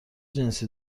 جنسی